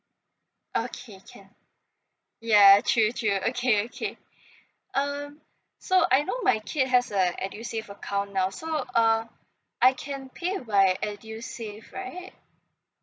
okay can ya true true okay okay um so I know my kid has a edusave account now so uh I can pay by edusave right